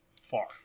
far